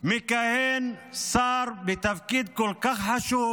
מכהן שר בתפקיד כל כך חשוב,